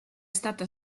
stata